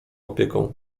opieką